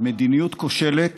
מדיניות כושלת